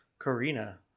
Karina